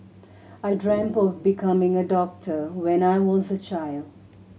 I dreamt of becoming a doctor when I was a child